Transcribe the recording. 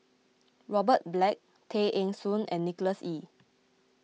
Robert Black Tay Eng Soon and Nicholas Ee